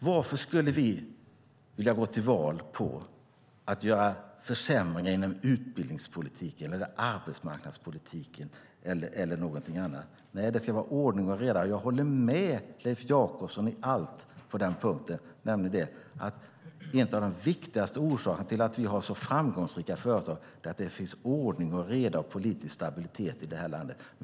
Varför skulle vi vilja gå till val på att göra försämringar inom utbildningspolitiken, arbetsmarknadspolitiken eller någonting annat? Nej, det ska vara ordning och reda. Jag håller med Leif Jakobsson i allt på den punkten. En av de viktigaste orsakerna till att vi har så framgångsrika företag är att det finns ordning och reda och politisk stabilitet i detta land.